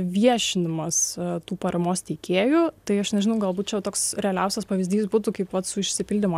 viešinimas tų paramos teikėjų tai aš nežinau gal būčiau toks realiausias pavyzdys būtų kaip mat su išsipildymo